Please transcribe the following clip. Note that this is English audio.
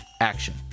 action